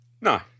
No